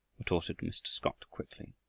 retorted mr. scott quickly.